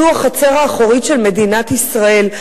זו החצר האחורית של מדינת ישראל.